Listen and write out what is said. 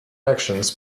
actions